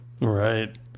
Right